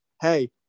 hey